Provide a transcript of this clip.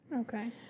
Okay